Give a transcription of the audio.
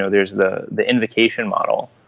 so there is the the invocation model,